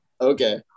Okay